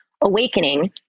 awakening